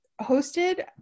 hosted